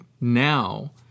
now